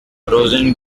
rosen